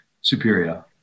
superior